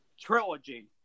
trilogy